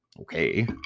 okay